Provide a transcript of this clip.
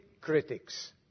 critics